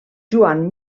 joan